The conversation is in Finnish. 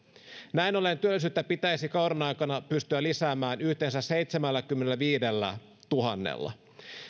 näin ollen työllisyyttä pitäisi kauden aikana pystyä lisäämään yhteensä seitsemälläkymmenelläviidellätuhannella